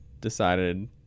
decided